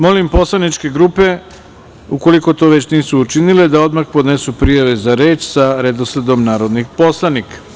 Molim poslaničke grupe, ukoliko to već nisu učinile, da odmah podnesu prijave za reč, sa redosledom narodnih poslanika.